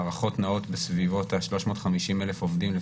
ההערכות נעות בסביבות ה-350,000 עובדים.